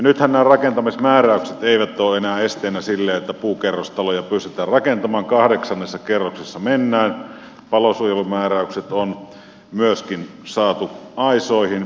nythän nämä rakentamismääräykset eivät ole enää esteenä sille että puukerrostaloja pystytään rakentamaan kahdeksannessa kerroksessa mennään palosuojelumääräykset on myöskin saatu aisoihin